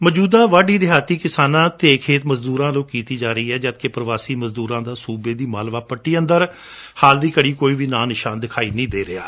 ਮੌਜੁਦਾ ਵਾਢੀ ਦੇਹਾਤੀ ਕਿਸਾਨਾਂ ਅਤੇ ਖੇਤ ਮਜ਼ਦੁਰਾਂ ਵੱਲੋਂ ਕੀਤੀ ਜਾ ਰਹੀ ਏ ਜਦਕਿ ਪੁਵਾਸੀ ਮਜ਼ਦੁਰਾਂ ਦਾ ਸੁਬੇ ਦੀ ਮਾਲਵਾ ਪੱਟੀ ਵਿਚ ਹਾਲ ਦੀ ਘੜੀ ਕੋਈ ਨਾਉਂ ਨਿਸ਼ਾਨ ਦਿਖਾਈ ਨਹੀਂ ਦੇ ਰਹੇ